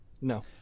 No